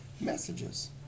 messages